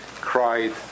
Cried